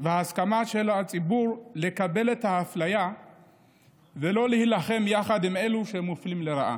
וההסכמה של הציבור לקבל את האפליה ולא להילחם יחד עם אלו שמופלים לרעה.